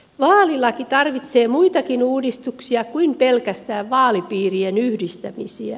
vaalilaki tarvitsee muitakin uudistuksia kuin pelkästään vaalipiirien yhdistämisiä